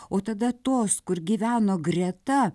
o tada tos kur gyveno greta